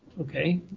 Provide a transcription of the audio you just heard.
okay